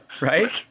Right